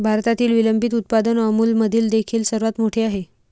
भारतातील विलंबित उत्पादन अमूलमधील सर्वात मोठे आहे